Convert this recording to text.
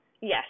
Yes